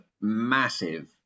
massive